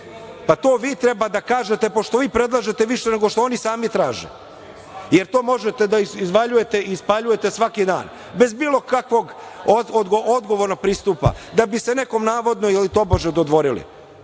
To vi treba da kažete pošto vi predlažete više nego što oni sami traže, jer to možete da izvaljujete i ispaljujete svaki dan, bez bilo kakvog odgovornog pristupa, da bi se nekome dodvorili.